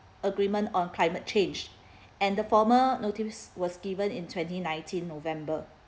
agreement on climate change and the former notice was given in twenty nineteen november